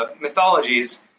mythologies